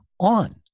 on